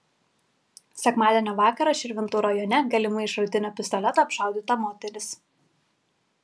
sekmadienio vakarą širvintų rajone galimai iš šratinio pistoleto apšaudyta moteris